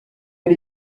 ari